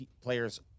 players